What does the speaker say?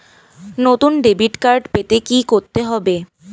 নতুন debit card পেতে কী করতে হবে?